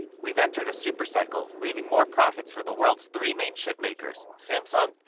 we've entered a supercycle, leaving more profits for the world's three main chipmakers, samsung,